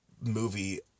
movie